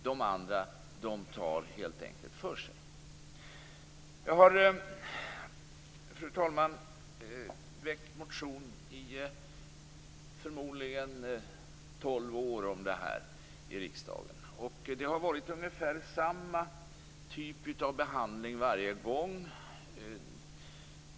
De andra tar helt enkelt för sig. Fru talman! Jag har väckt motion till riskdagen om detta i förmodligen tolv år, och det har varit ungefär samma typ av behandling varje gång.